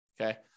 Okay